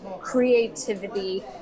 creativity